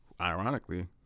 ironically